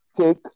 take